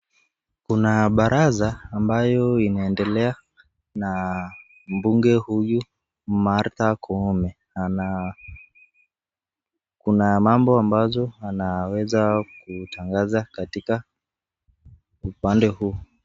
Kuna baraza ambayo inaendelea na mbunge huyu Martha Koome ana, kuna mambo ambazo anaweza kutangaza katika upande huu.